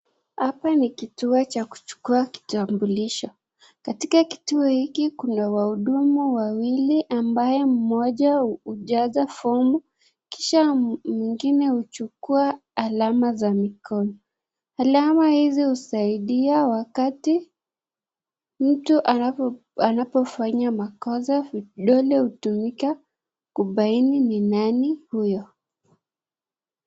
Hapa ni kituo cha kuchukua kitambulisho katika kituo hiki kuna wahudumu wawili ambao mmoja hujaza fomu kisha mwingine huchukua alama za mikono. Alama hizi husaidia wakati mtu anapofanya makosa anapofanya makosa vidole hutumika kubaini ni nani huyo.